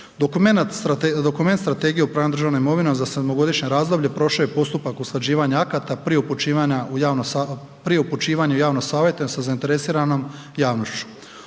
Dokument strategije upravljanja državnom imovinom za sedmogodišnje razdoblje prošao je postupak usklađivanja akata prije upućivanja u javno savjetovanje sa zainteresiranom javnošću.